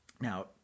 now